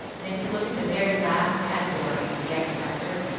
and, if you look at the very last category the x-factor.